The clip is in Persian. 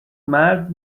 مرد